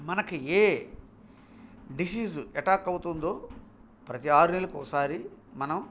మనకు ఏ disease attack అవుతుందో ప్రతి ఆరు నెలలకి ఒకసారి మనం